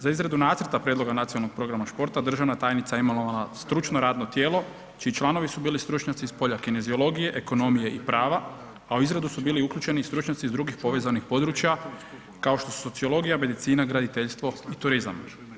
Za izradu nacrta Prijedloga Nacionalnog programa športa državna tajnica je imala stručno radno tijelo čiji članovi su bili stručnjaci iz polja kineziologije, ekonomije i prava, a u izradu su bili uključeni i stručnjaci iz drugih povezanih područja kao što su sociologija, medicina, graditeljstvo i turizam.